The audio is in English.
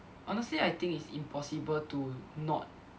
honestly I think it's impossible to not